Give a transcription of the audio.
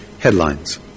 Headlines